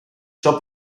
ciò